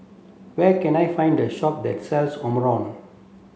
where can I find a shop that sells